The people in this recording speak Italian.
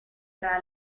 tra